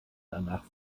danach